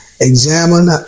Examine